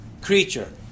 creature